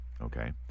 okay